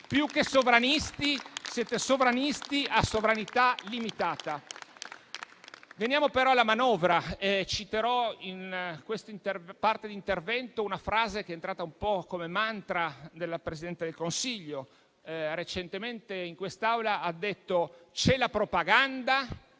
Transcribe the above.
Più che sovranisti, siete sovranisti a sovranità limitata. Passando alla manovra, citerò in questa parte di intervento una frase che è divenuta un mantra del Presidente del Consiglio. Recentemente in quest'Aula ha detto che c'è la propaganda